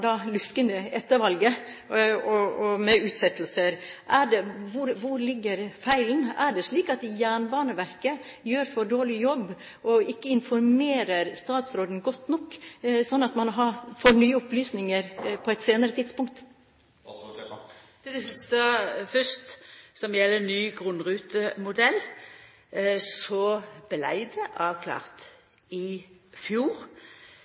luskende etter valget med utsettelser? Hvor ligger feilen? Er det slik at Jernbaneverket gjør en for dårlig jobb og ikke informerer statsråden godt nok, slik at man får nye opplysninger på et senere tidspunkt? Til det siste fyrst, som gjeld ny grunnrutemodell: Det vart avklart i fjor